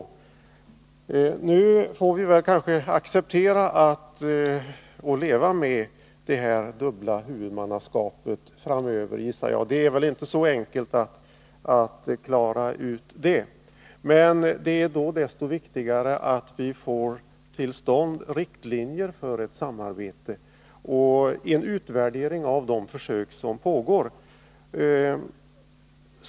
Men jag gissar att vi nog får acceptera och framöver leva med detta dubbla huvudmannaskap — det är väl inte så enkelt att klara ut detta problem. Men det är då desto viktigare att vi får till stånd riktlinjer för ett samarbete och en utvärdering av de försök som pågår.